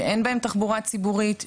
שאין בהם תחבורה ציבורית,